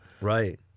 right